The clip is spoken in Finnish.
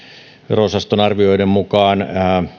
vero osaston arvioiden mukaan